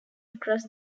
across